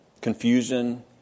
Confusion